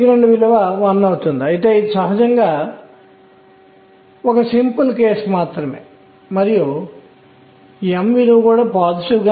దాని విలువను స్పిన్ అని పిలుస్తారు మరియు ఇది స్పిన్ యొక్క z కాంపోనెంట్ అంశాలుగా ℏ2 మరియు ℏ2 విలువ ను కలిగి ఉండవచ్చు